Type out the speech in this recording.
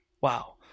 Wow